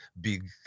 big